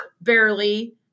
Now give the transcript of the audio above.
barely